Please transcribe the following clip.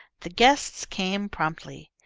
the guests came promptly.